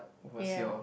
ya